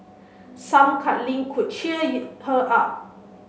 some cuddling could cheer her up